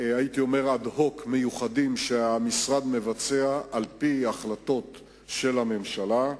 אד-הוק מיוחדים שהמשרד מבצע, על-פי החלטות הממשלה.